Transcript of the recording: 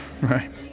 Right